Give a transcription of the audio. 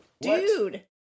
dude